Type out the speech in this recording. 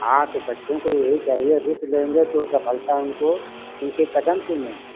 हाँ तो बच्चों को वहीं चाहिए रुचि लेंगे तो सफलता उनको उनके कदम चूमेंगी